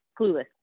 clueless